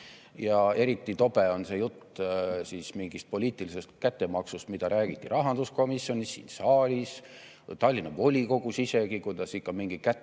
Eriti tobe on jutt mingist poliitilisest kättemaksust, mida räägiti rahanduskomisjonis, siin saalis, isegi Tallinna volikogus, kuidas ikka mingi kättemaks